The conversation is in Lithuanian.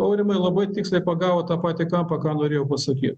aurimai labai tiksliai pagavot tą patį kampą ką norėjau pasakyt